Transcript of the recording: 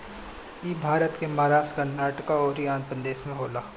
इ भारत के महाराष्ट्र, कर्नाटक अउरी आँध्रप्रदेश में होला